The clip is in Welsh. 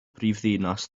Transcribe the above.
brifddinas